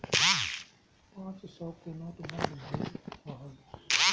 पांचो सौ के नोट बंद भएल रहल